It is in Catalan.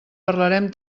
parlarem